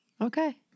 Okay